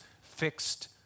fixed